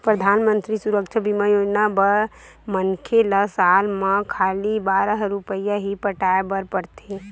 परधानमंतरी सुरक्छा बीमा योजना बर मनखे ल साल म खाली बारह रूपिया ही पटाए बर परथे